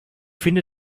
finde